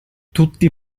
tutti